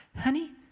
honey